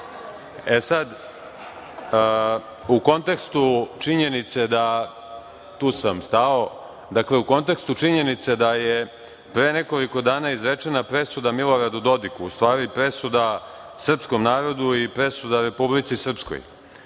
dakle, u kontekstu činjenice da je pre nekoliko dana izrečena presuda Miloradu Dodiku, u stvari presuda srpskom narodu i presuda Republici Srpskoj.39/2